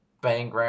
bang